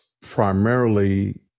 primarily